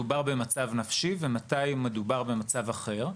מדובר במצב נפשי ומתי מדובר במצב אחר.